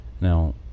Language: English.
Now